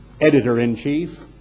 editor-in-chief